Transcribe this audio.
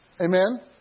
Amen